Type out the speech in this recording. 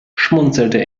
schmunzelte